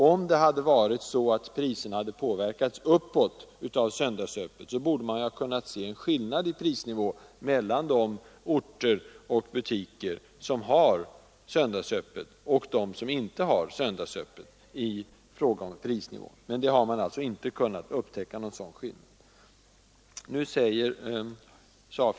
Om priserna hade påverkats uppåt av söndagsöppet, så borde man ha Nr 77 kunnat se en skillnad i prisnivån mellan de orter och butiker som har Torsdagen den söndagsöppet och de som inte har det. Men någon sådan skillnad har inte 9 maj 1974 kunnat upptäckas.